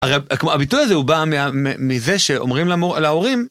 הרי הביטוי הזה הוא בא מזה שאומרים להורים...